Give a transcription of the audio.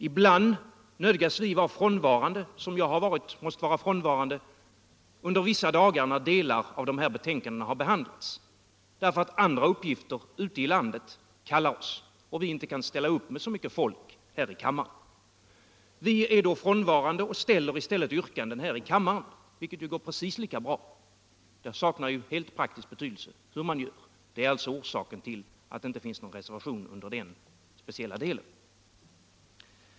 Ibland nödgas vi vara frånvarande — som jag var när vissa delar av dessa betänkanden behandlades — därför att andra uppgifter ute i landet kallar oss och vi inte kan ställa upp med så mycket folk här i riksdagen. Vi är alltså då frånvarande och ställer i stället yrkanden här i kammaren, vilket går precis lika bra. Det saknar helt praktisk betydelse hur man gör. Detta är alltså orsaken till att det inte finns någon reservation under den speciella delen.